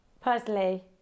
personally